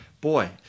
boy